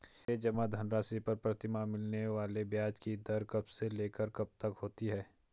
मेरे जमा धन राशि पर प्रतिमाह मिलने वाले ब्याज की दर कब से लेकर कब तक होती है?